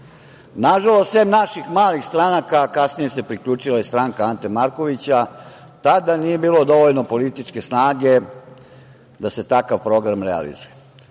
Nažalost, sem naših malih stranaka, a kasnije se priključila i stranka Ante Markovića, tada nije bilo dovoljno političke snage da se takav program realizuje.U